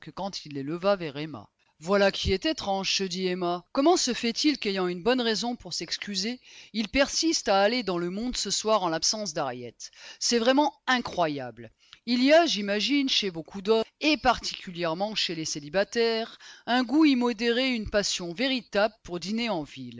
quand il les leva vers emma voilà qui est étrange se dit emma comment se fait-il qu'ayant une bonne raison pour s'excuser il persiste à aller dans le monde ce soir en l'absence d'harriet c'est vraiment incroyable il y a j'imagine chez beaucoup d'hommes et particulièrement chez les célibataires un goût immodéré une passion véritable pour dîner en ville